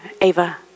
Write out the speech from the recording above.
Ava